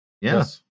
Yes